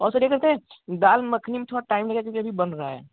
और सर क्या कहते हैं दाल मखनी में थोड़ा टाइम मिले क्योंकि अभी बन रहा है